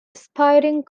aspiring